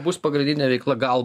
bus pagrindinė veikla gal